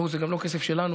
הרי זה גם לא כסף שלנו,